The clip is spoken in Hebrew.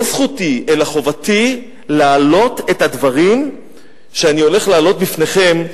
לא זכותי אלא חובתי להעלות את הדברים שאני הולך להעלות בפניכם עכשיו.